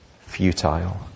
futile